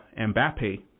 Mbappe